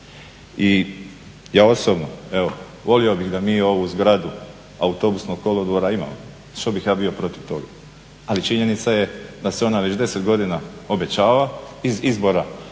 I ja osobno volio bih da mi ovu zgradu autobusnog kolodvora imamo, što bih ja bio protiv toga, ali činjenica je da se ona već 10 godina obećava iz izbora